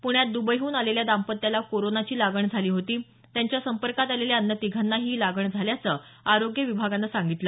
पुण्यात दुबईहून आलेल्या दांपत्याला कोरोनाची लागण झाली होती त्यांच्या संपर्कात आलेल्या अन्य तिघांनाही ही लागण झाल्याचं आरोग्य विभागानं सांगितलं